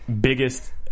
biggest